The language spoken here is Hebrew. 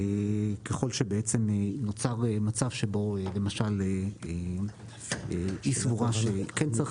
ככול שנוצר מצב שבו למשל היא סבורה שכן צריך